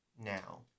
now